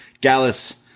Gallus